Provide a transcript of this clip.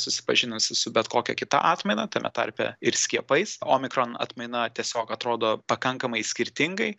susipažinusi su bet kokia kita atmaina tame tarpe ir skiepais omikron atmaina tiesiog atrodo pakankamai skirtingai